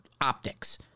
optics